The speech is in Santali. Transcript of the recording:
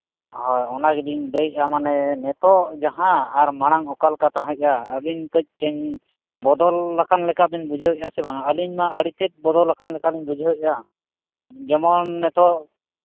ᱦᱳᱭ ᱚᱱᱟᱜᱮᱞᱤᱧ ᱞᱟᱹᱭᱮᱫᱼᱟ ᱢᱟᱱᱮ ᱱᱤᱛᱚᱜ ᱡᱟᱦᱟᱸ ᱟᱨ ᱢᱟᱲᱟᱝ ᱚᱠᱟᱞᱮᱠᱟ ᱛᱟᱦᱮᱸᱫᱼᱟ ᱟᱹᱵᱤᱱ ᱠᱟᱹᱡᱵᱤᱱ ᱵᱚᱫᱚᱞ ᱟᱠᱟᱱᱞᱮᱠᱟᱵᱤᱱ ᱵᱩᱡᱷᱟᱹᱣᱮᱫᱼᱟ ᱥᱮ ᱵᱟᱝ ᱟᱹᱞᱤᱧ ᱢᱟ ᱟᱹᱰᱤᱛᱮᱫ ᱵᱚᱫᱚᱞ ᱟᱠᱟᱱ ᱞᱮᱠᱟᱞᱤᱧ ᱵᱩᱡᱷᱟᱹᱣᱮᱫᱼᱟ ᱡᱮᱢᱚᱱ ᱱᱤᱛᱚᱜ